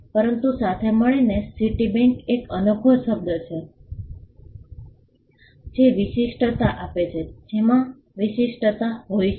પરંતુ સાથે મળીને સીટીબેંક એક અનોખો શબ્દ છે જે વિશિષ્ટતા આપે છે જેમાં વિશિષ્ટતા હોય છે